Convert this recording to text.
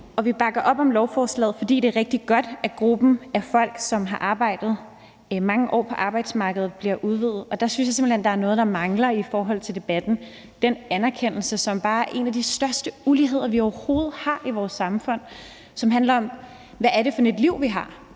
Vi bakker op om lovforslaget, fordi det er rigtig godt, at gruppen af folk, som har arbejdet mange år på arbejdsmarkedet og har ret til tidlig pension, bliver udvidet, og jeg synes simpelt hen, at der er noget, der mangler i forhold til debatten, og det er den anerkendelse, som bare er en af de største uligheder, vi overhovedet har i vores samfund, og som handler om, hvad det er for et liv, vi har.